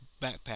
backpack